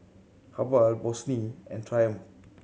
Habhal Bossini and Triumph